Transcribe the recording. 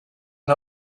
and